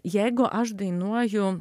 jeigu aš dainuoju